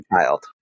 child